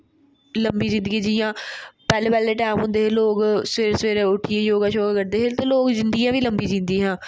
लम्मी जिंदगी जि'यां पैह्लें पैह्लें टैंम होंदे है लोक सवैरे सवैरे उट्ठियै योगा शुगा करदे है ते लोक जिंदगी बी लम्मी जींदे है